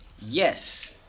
yes